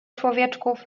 człowieczków